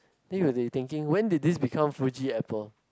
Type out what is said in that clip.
we will be thinking when did these become Fuji apple